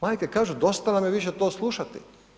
Majke kažu dosta nam je više to slušati.